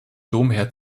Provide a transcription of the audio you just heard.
domherr